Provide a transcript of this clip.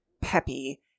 peppy